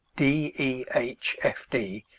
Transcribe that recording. d e h f d,